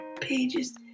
pages